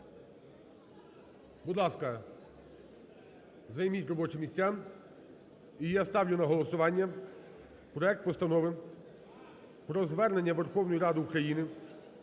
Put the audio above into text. Будь ласка, займіть робочі місця, і я ставлю на голосування проект Постанови про Звернення Верховної Ради України